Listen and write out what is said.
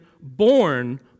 born